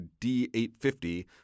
D850